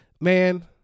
man